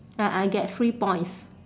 ah I get free points